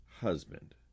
husband